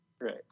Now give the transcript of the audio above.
Right